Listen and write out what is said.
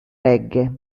reggae